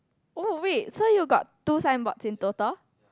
oh wait so you got two signboards in total